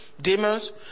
Demons